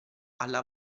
alla